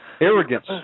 Arrogance